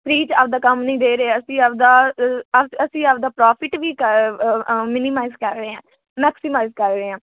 free 'ਚ ਆਪਣਾ ਕੰਮ ਨਹੀਂ ਦੇ ਰਿਹਾ ਅਸੀਂ ਆਪਣਾ ਅ ਅਸੀਂ ਆਪਣਾ ਪ੍ਰੋਫਿਟ ਵੀ ਕਰ ਅ ਮਿਨੀਮਾਈਜ਼ ਕਰ ਰਹੇ ਹਾਂ ਮੈਕਸੀਮਾਈਜ ਕਰ ਰਹੇ ਹਾਂ